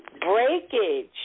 Breakage